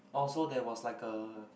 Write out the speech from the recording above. oh so there was like a